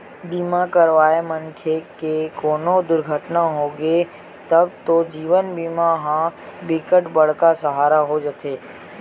बीमा करवाए मनखे के कोनो दुरघटना होगे तब तो जीवन बीमा ह बिकट बड़का सहारा हो जाते